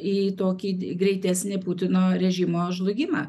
į tokį greitesnį putino režimo žlugimą